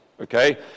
Okay